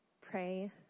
pray